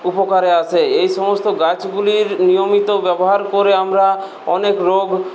উপকারে আসে এই সমস্ত গাছগুলির নিয়মিত ব্যবহার করে আমরা অনেক রোগ